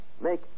Make